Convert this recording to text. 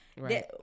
Right